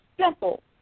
simple